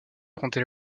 rendait